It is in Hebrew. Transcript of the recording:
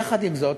יחד עם זאת,